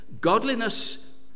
Godliness